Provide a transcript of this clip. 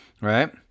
right